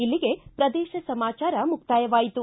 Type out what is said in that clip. ಇಲ್ಲಿಗೆ ಪ್ರದೇಶ ಸಮಾಚಾರ ಮುಕ್ತಾಯವಾಯಿತು